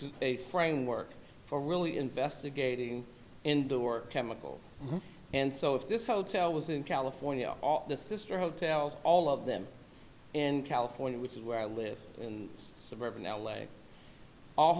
framework for really investigating indoor chemicals and so if this hotel was in california all the sister hotels all of them in california which is where i live in suburban l a all